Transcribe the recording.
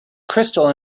crystal